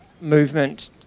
movement